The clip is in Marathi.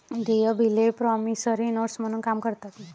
देय बिले प्रॉमिसरी नोट्स म्हणून काम करतात